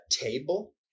table